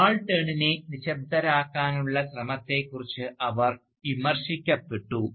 സബാൾട്ടേണിനെ നിശബ്ദരാക്കാനുള്ള ശ്രമത്തെക്കുറിച്ച് അവർ വിമർശിക്കപ്പെട്ടു